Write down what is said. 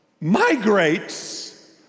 migrates